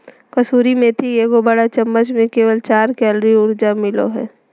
कसूरी मेथी के एगो बड़ चम्मच में केवल चार कैलोरी ऊर्जा मिलो हइ